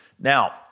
Now